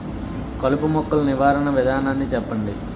కలుపు మొక్కలు నివారణ విధానాన్ని చెప్పండి?